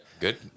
Good